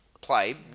play